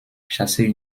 chasser